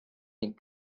ning